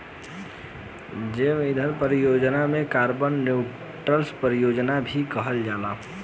जैव ईंधन परियोजना के कार्बन न्यूट्रल परियोजना भी कहल जाला